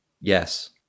Yes